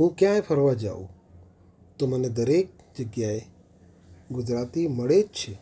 હું ક્યાંય ફરવા જાઉં તો મને દરેક જગ્યાએ ગુજરાતી મળે જ છે